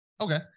Okay